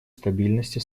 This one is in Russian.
стабильности